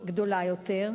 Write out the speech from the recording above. גדולות יותר,